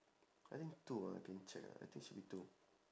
I think two ah let me check ah I think should be two